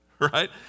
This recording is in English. right